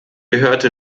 gehörte